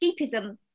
escapism